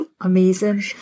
Amazing